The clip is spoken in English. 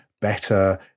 better